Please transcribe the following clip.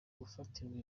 gufatirwa